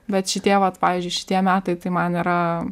bet šitie vat pavyzdžiui šitie metai tai man yra